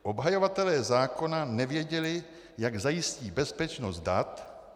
Obhajovatelé zákona nevěděli, jak zajistí bezpečnost dat.